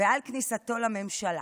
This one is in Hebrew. ועל כניסתו לממשלה,